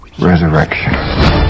Resurrection